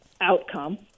outcome